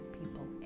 people